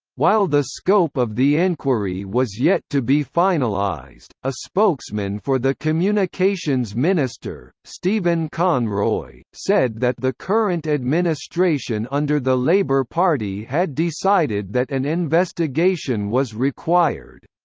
while the scope of the enquiry was yet to be finalised, a spokesman for the communications minister, stephen conroy, said that the current administration under the labor party had decided that an investigation was required.